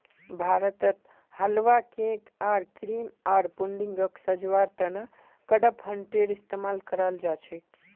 भारतत हलवा, केक आर क्रीम आर पुडिंगक सजव्वार त न कडपहनटेर इस्तमाल कराल जा छेक